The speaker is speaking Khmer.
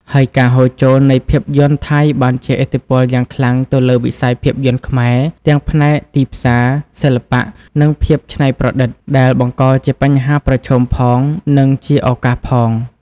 ហើយការហូរចូលនៃភាពយន្តថៃបានជះឥទ្ធិពលយ៉ាងខ្លាំងទៅលើវិស័យភាពយន្តខ្មែរ ទាំងផ្នែកទីផ្សារ សិល្បៈ និងភាពច្នៃប្រឌិត ដែលបង្កជាបញ្ហាប្រឈមផង និងជាឱកាសផង។